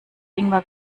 ingwer